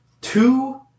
two